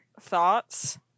thoughts